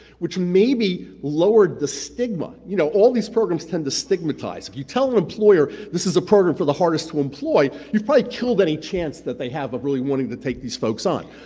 which maybe lowered the stigma. you know, all these programs tend to stigmatize. if you tell an employer, this is a program for the hardest to employ, you've probably killed any chance that they have of really wanting to take these folks on.